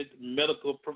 medical